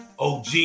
OG